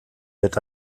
wird